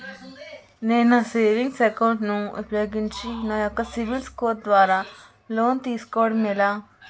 నేను నా savings account ను ఉపయోగించి నా యెక్క సిబిల్ స్కోర్ ద్వారా లోన్తీ సుకోవడం ఎలా?